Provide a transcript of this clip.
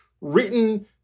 written